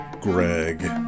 Greg